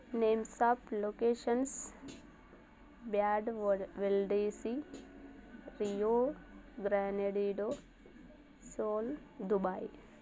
names of locations bad వొడ వెళ్దిసీ Rio బ్రేననీడో సోల్ దుబాయ్